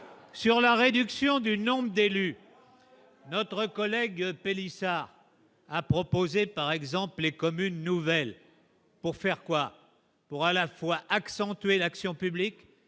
sur la réduction du nombre d'élus, notre collègue Pélissard a proposé par exemple les communes nouvelles pour faire quoi pour à la fois accentuer l'action publique